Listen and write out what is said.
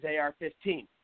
AR-15